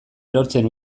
erortzen